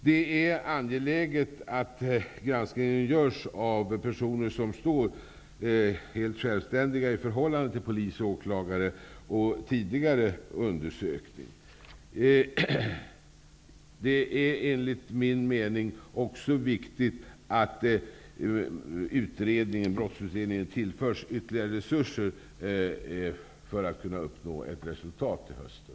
Det är angeläget att granskningen görs av personer som står helt självständiga i förhållande till polis och åklagare och tidigare undersökning. För att brottsutredningen skall kunna uppnå ett resultat till hösten är det enligt min mening också viktigt att den tillförs ytterligare resurser.